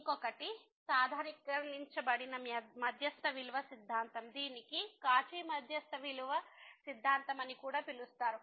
ఇంకొకటి సాధారణీకరించబడిన మధ్యస్థ విలువ సిద్ధాంతం దీనిని కౌచీ మధ్యస్థ విలువ Cauchys mean value సిద్ధాంతం అని కూడా పిలుస్తారు